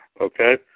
Okay